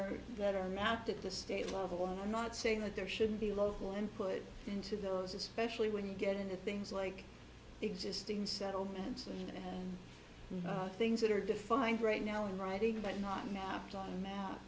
are that are not at the state level i'm not saying that there shouldn't be local input into those especially when you get into things like existing settlements and things that are defined right now in writing but not knocked on